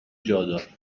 جادار